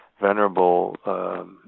venerable